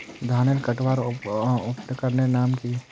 धानेर कटवार उपकरनेर नाम की?